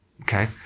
Okay